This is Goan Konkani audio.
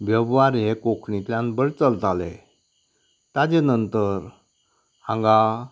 वेव्हार हे कोंकणींतल्यान बरें चलताले ताचे नंतर हांगा